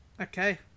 Okay